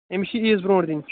أمِس چھِ عیٖد برٛونٛٹھ دِنۍ